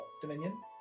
Dominion